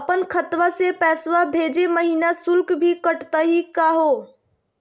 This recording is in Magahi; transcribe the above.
अपन खतवा से पैसवा भेजै महिना शुल्क भी कटतही का हो?